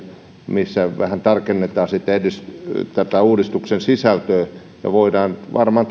missä vähän tarkennetaan tätä uudistuksen sisältöä tulevaisuudessa voidaan varmaan